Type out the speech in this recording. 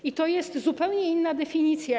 I to jest zupełnie inna definicja.